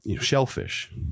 shellfish